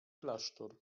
klasztor